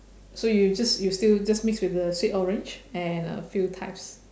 so you just you still just mix with the sweet orange and a few types